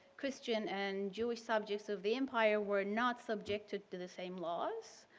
christian and jewish subjects of the empire were not subjected to the same laws.